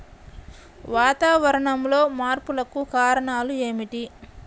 వాతావరణంలో మార్పులకు కారణాలు ఏమిటి?